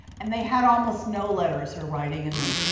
and they had almost no letters or writing in them.